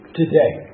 today